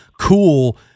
COOL